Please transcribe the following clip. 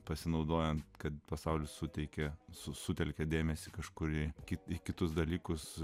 pasinaudojant kad pasaulis suteikia sutelkia dėmesį kažkurie kiti kitus dalykus